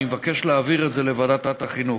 אני מבקש להעביר את זה לוועדת החינוך.